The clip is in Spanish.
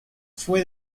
fue